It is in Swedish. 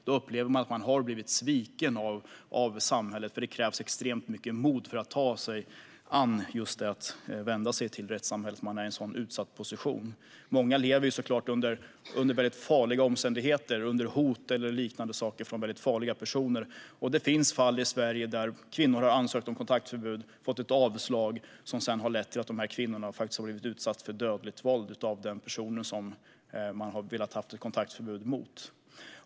Då upplever man att man har blivit sviken av samhället, eftersom det krävs extremt mycket mod för att vända sig till rättssamhället när man är i en sådan utsatt situation. Många lever såklart under mycket farliga omständigheter - under hot och liknande från mycket farliga personer. Det finns fall i Sverige där kvinnor har ansökt om kontaktförbud och fått ett avslag, vilket sedan har lett till att dessa kvinnor faktiskt har blivit utsatta för dödligt våld av den person för vilken de har velat ha ett kontaktförbud.